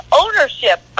ownership